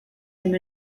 hemm